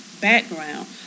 background